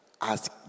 Ask